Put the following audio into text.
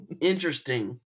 Interesting